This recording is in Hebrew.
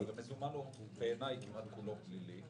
המזומן, בעיניי, הוא כמעט כולו פלילי.